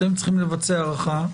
אתם צריכים לבצע הערכה.